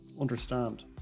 understand